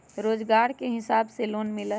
रोजगार के हिसाब से लोन मिलहई?